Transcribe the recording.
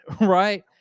right